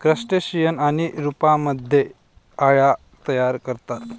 crustacean अनेक रूपांमध्ये अळ्या तयार करतात